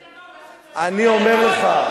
מילאת, ליכוד?